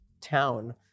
town